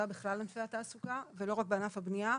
בכלל ענפי התעסוקה ולא רק בענף הבנייה,